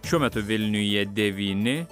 šiuo metu vilniuje devyni